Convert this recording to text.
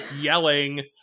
yelling